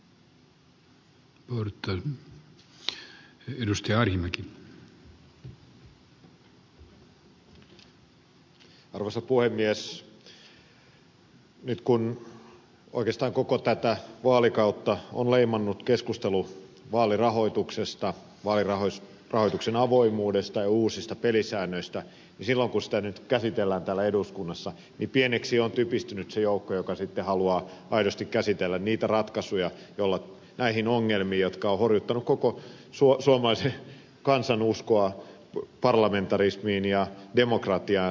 kun oikeastaan koko tätä vaalikautta on leimannut keskustelu vaalirahoituksesta vaalirahoituksen avoimuudesta ja uusista pelisäännöistä niin silloin kun niitä nyt käsitellään täällä eduskunnassa niin pieneksi on typistynyt se joukko joka sitten haluaa aidosti käsitellä niitä ratkaisuja joilla puututaan näihin ongelmiin jotka ovat horjuttaneet koko suomalaisen kansan uskoa parlamentarismiin ja demokratiaan